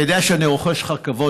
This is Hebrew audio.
אתה יודע שאני רוחש לך כבוד,